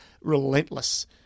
relentless